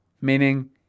meaning